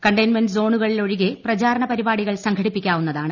containment സോണുകളിൽ ഒഴികെ പ്രചാരണപരിപാടികൾ സംഘടിപ്പിക്കാവുന്നതാണ്